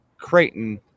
Creighton